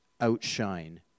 outshine